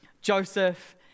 Joseph